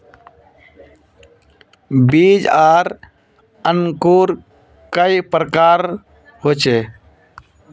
बीज आर अंकूर कई प्रकार होचे?